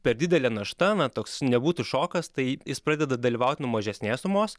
per didelė našta na toks nebūtų šokas tai jis pradeda dalyvaut nuo mažesnės sumos